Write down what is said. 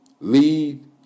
lead